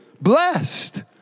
Blessed